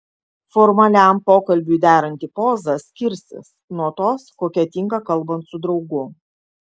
formaliam pokalbiui deranti poza skirsis nuo tos kokia tinka kalbant su draugu